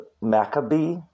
Maccabee